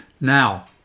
Now